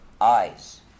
eyes